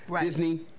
Disney